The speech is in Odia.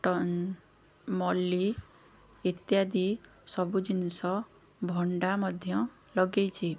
ଟନ ମଲ୍ଲି ଇତ୍ୟାଦି ସବୁ ଜିନିଷ ଭଣ୍ଡା ମଧ୍ୟ ଲଗେଇଛି